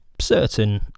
certain